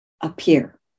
appear